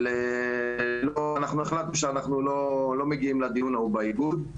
אבל החלטנו שאנחנו לא מגיעים לדיון באיגוד.